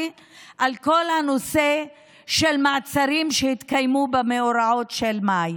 על כל הנושא של מעצרים שהתקיימו במאורעות של מאי.